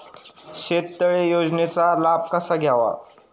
शेततळे योजनेचा लाभ कसा घ्यावा?